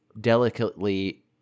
delicately